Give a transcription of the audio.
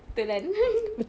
telan